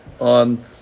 on